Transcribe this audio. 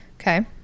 Okay